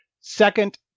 second